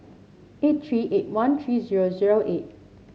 eight three eight one three zero zero eight